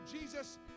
Jesus